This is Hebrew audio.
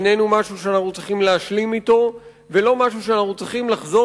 איננו משהו שאנחנו צריכים להשלים אתו ולא משהו שאנחנו צריכים לחזור